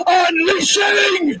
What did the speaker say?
unleashing